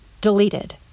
deleted